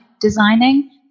designing